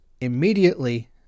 immediately